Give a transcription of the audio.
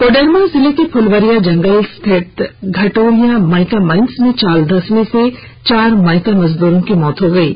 कोडरमा जिले के फुलवरिया जंगल स्थित घटोरिया माइका माइन्स में चाल धंसने से चार माइका मजदूरों की मौत हो गई है